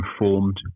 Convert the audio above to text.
informed